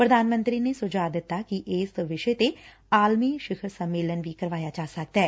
ਪ੍ਰਧਾਨ ਮੰਤਰੀ ਨੇ ਸੁਝਾਅ ਦਿੱਤਾ ੱਕਿ ਇਸ ਵਿਸ਼ੇ ਤੇ ਆਲਮੀ ਸਿਖ਼ਰ ਸੰਮੇਲਨ ਵੀ ਕਰਵਾਇਆ ਜਾ ਸਕਦੈ